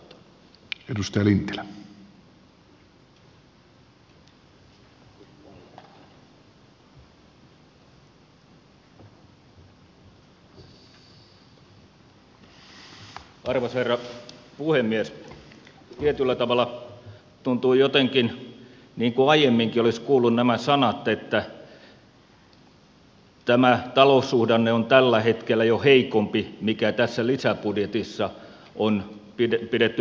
tietyllä tavalla tuntuu jotenkin niin kuin aiemminkin olisi kuullut nämä sanat että tämä taloussuhdanne on tällä hetkellä jo heikompi kuin mikä tässä lisäbudjetissa on pidetty pohjalukemina